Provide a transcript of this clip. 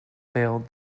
failed